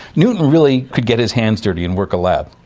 newton really could get his hands dirty and work a lab.